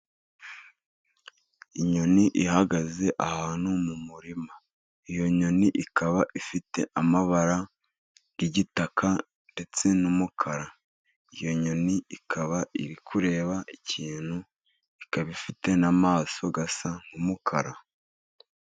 Inyoni ihagaze ahantu mu murima. Iyo nyoni ikaba ifite amabara y'igitaka ndetse n'umukara. Iyo nyoni ikaba iri kureba ikintu, ikaba ifite n'amaso asa nk'umukara.